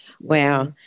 Wow